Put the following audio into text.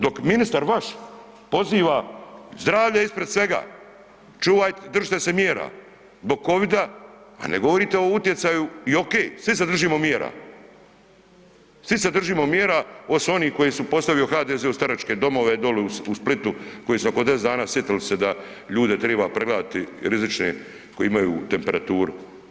Dok ministar vaš poziva zdravlje ispred svega, držite se mjera zbog kovida, a ne govorite o utjecaju, i ok svi se držimo mjera, svi se držimo mjera osim onih koji su postavili u HDZ u staračke domove doli u Splitu koji su oko 10 dana sjetili se da ljude triba pregledati rizične koji imaju temperaturu.